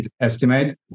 estimate